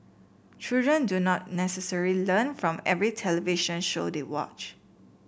children do not necessarily learn from every television show they watch